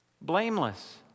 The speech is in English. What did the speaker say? Blameless